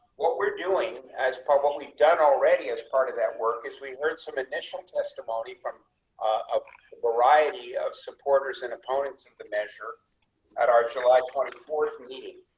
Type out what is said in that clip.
what we're doing as probably done already. as part of that work is we heard some initial testimony from a variety of supporters and opponents of the measure at our july twenty four meeting.